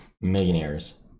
millionaires